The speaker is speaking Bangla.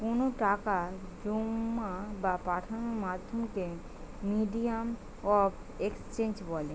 কোনো টাকা জোমা বা পাঠানোর মাধ্যমকে মিডিয়াম অফ এক্সচেঞ্জ বলে